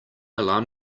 alarm